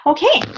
Okay